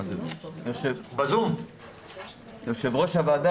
יו"ר הוועדה,